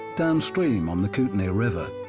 down steam on the kootenay river.